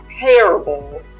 terrible